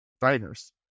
Diners